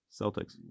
Celtics